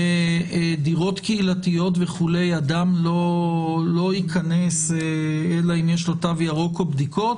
ודירות קהילתיות וכולי אדם לא ייכנס אלא אם יש לו תו ירוק או בדיקות